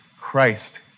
Christ